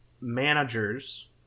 managers